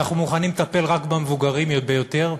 אנחנו מוכנים לטפל רק במבוגרים ביותר,